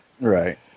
Right